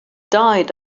died